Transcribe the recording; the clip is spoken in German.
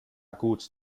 gut